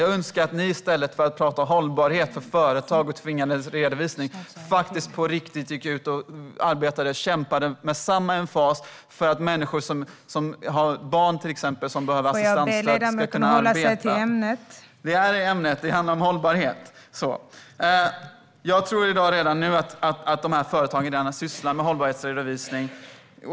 Jag önskar att ni i stället för att tala om hållbarhet för företag och tvinga på dem redovisning på riktigt gick ut och kämpade med samma emfas för att till exempel människor som har barn som behöver assistansstöd ska kunna arbeta. Det är ämnet. Det handlar om hållbarhet. Dessa företag sysslar redan nu med hållbarhetsredovisning.